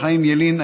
חיים ילין,